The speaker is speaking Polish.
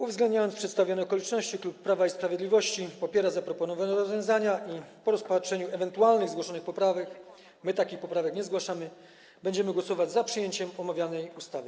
Uwzględniając przedstawione okoliczności, klub Prawa i Sprawiedliwości popiera zaproponowane rozwiązania i po rozpatrzeniu ewentualnie zgłoszonych poprawek, my poprawek nie zgłaszamy, będziemy głosować za przyjęciem omawianej ustawy.